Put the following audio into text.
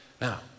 Now